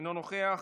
אינו נוכח,